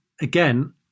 again